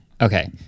Okay